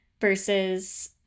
versus